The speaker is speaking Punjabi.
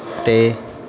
ਤੇ